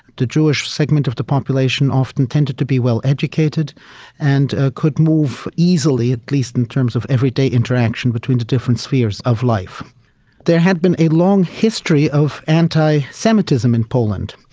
the jewish segment of the population often tended to be well educated and could move easily, at least in terms of everyday interaction between the different spheres of life there had been a long history of anti-semitism in poland,